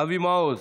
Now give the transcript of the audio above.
אבי מעוז,